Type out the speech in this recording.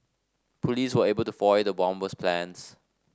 police were able to foil the bomber's plans